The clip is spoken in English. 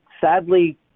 sadly